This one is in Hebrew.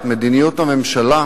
את מדיניות הממשלה?